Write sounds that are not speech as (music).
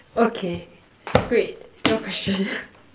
okay great your question (laughs)